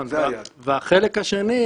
והחלק השני,